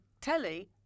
telly